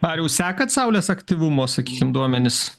mariau sekat saulės aktyvumo sakykim duomenis